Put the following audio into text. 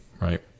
right